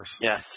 Yes